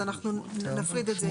אז אנחנו נפריד את זה,